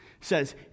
says